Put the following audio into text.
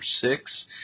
six